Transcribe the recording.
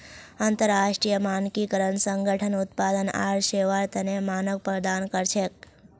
अंतरराष्ट्रीय मानकीकरण संगठन उत्पाद आर सेवार तने मानक प्रदान कर छेक